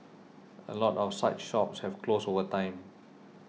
a lot of such shops have closed over time